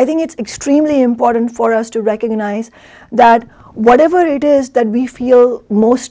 i think it's extremely important for us to recognize that whatever it is that we feel most